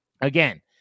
Again